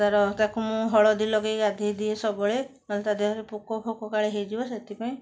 ତା'ର ତାକୁ ମୁଁ ହଳଦୀ ଲଗାଇ ଗାଧୋଇ ଦିଏ ସବୁବେଳେ ନହେଲେ ତା'ଦେହରେ ପୋକ ଫୋକ କାଳେ ହେଇଯିବେ ସେଥିପାଇଁ